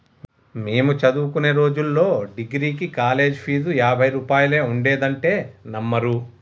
మేము చదువుకునే రోజుల్లో డిగ్రీకి కాలేజీ ఫీజు యాభై రూపాయలే ఉండేదంటే నమ్మరు